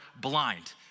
blind